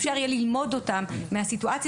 אפשר יהיה ללמוד אותם מהסיטואציה